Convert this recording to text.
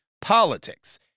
politics